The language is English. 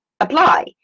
Apply